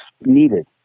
needed